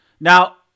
Now